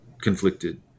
conflicted